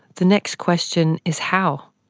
the next question is how?